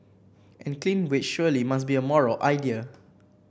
and clean wage surely must be a moral idea